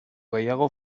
gehiago